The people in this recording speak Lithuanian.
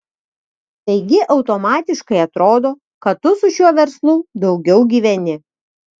taigi automatiškai atrodo kad tu su šiuo verslu daugiau gyveni